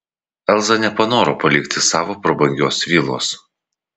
elza nepanoro palikti savo prabangios vilos